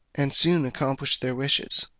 and soon accomplished their wishes.